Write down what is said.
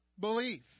belief